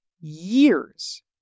years